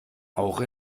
auch